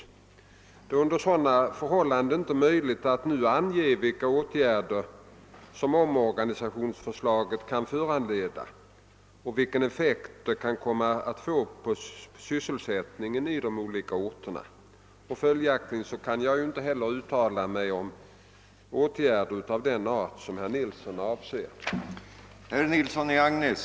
Det är under dessa förhållanden inte möjligt att nu ange vilka åtgärder som omorganisationsförslaget kan föranleda och vilken effekt de kan komma att få på sysselsättningen i olika orter. följaktligen kan jag inte heller uttala mig om åtgärder av den art som herr Nilsson avser.